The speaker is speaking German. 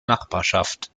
nachbarschaft